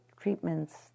treatments